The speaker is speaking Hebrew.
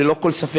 ללא כל ספק,